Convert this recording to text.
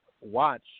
watch